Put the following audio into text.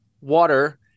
water